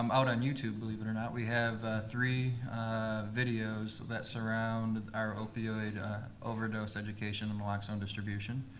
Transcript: um out on youtube, believe it or not, we have three videos that surround our opioid overdose education and naloxone distribution.